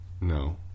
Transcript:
No